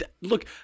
Look